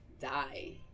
die